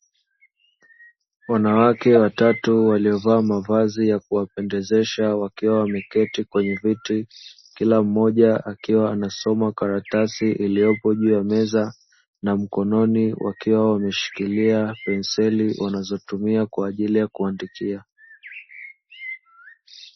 Wanawake watatu waliovaa mavazi ya kuwapendezesha, wakiwa wameketi kwenye viti kila mmoja akiwa anasoma karatasi iliyopo juu ya meza na mkononi wakiwa wameshikilia penseli, wanazotumia kwa ajili ya kuandikia.